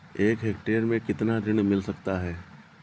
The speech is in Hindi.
एक हेक्टेयर में कितना ऋण मिल सकता है?